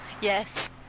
Yes